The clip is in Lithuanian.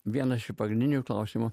vienas šių pagrindinių klausimų